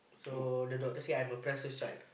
so the doctor say I'm a precious child